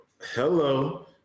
Hello